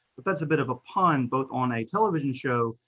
but that's a bit of a pun, both on a television show,